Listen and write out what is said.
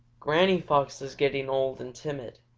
granny fox is getting old and timid.